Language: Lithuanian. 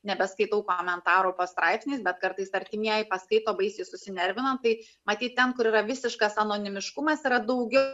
nebeskaitau komentarų po straipsniais bet kartais artimieji paskaito baisiai susinervina tai matyt ten kur yra visiškas anonimiškumas yra daugiau